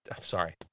Sorry